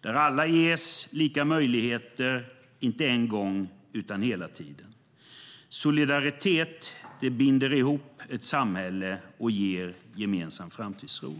där alla ges lika möjligheter, inte en gång utan hela tiden. Solidaritet binder ihop ett samhälle och ger gemensam framtidstro.